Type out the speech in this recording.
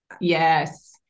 yes